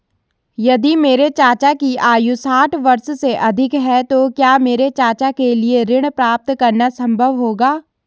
यदि मेरे चाचा की आयु साठ वर्ष से अधिक है तो क्या मेरे चाचा के लिए ऋण प्राप्त करना संभव होगा?